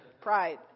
Pride